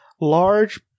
large